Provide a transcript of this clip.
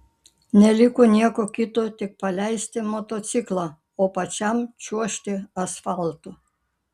neliko nieko kito tik paleisti motociklą o pačiam čiuožti asfaltu